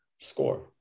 Score